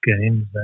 games